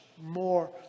more